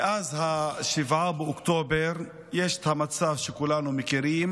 מאז 7 באוקטובר יש את המצב שכולנו מכירים,